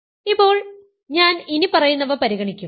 ഇപ്പോൾ ഞാൻ ഇനിപ്പറയുന്നവ പരിഗണിക്കും